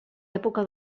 època